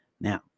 Now